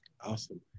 awesome